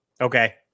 Okay